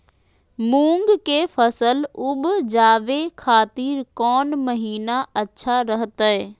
मूंग के फसल उवजावे खातिर कौन महीना अच्छा रहतय?